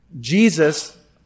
Jesus